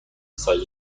سایز